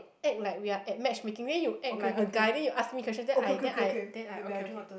act like we are at match making then you act like a guy then you ask me question then I then I then I okay okay